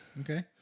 okay